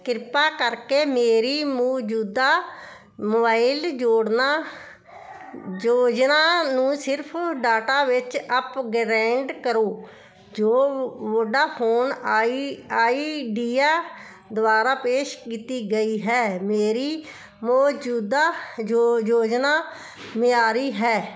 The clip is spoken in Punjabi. ਕਿਰਪਾ ਕਰਕੇ ਮੇਰੀ ਮੌਜੂਦਾ ਮੋਬਾਈਲ ਜੋੜਨਾ ਯੋਜਨਾ ਨੂੰ ਸਿਰਫ਼ ਡਾਟਾ ਵਿੱਚ ਅਪਗ੍ਰੈਂਡ ਕਰੋ ਜੋ ਵੋਡਾਫੋਨ ਆਈ ਆਈਡੀਆ ਦੁਆਰਾ ਪੇਸ਼ ਕੀਤੀ ਗਈ ਹੈ ਮੇਰੀ ਮੌਜੂਦਾ ਯੋ ਯੋਜਨਾ ਮਿਆਰੀ ਹੈ